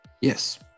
yes